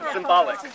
Symbolic